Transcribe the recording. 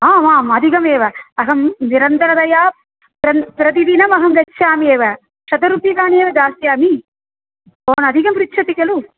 आम् आम् अधिकमेव अहं निरन्तरतया प्रति प्रतिदिनम् अहं गच्छामि एव शतरूप्यकाणि एव दास्यामि भवान् अधिकं पृच्छति खलु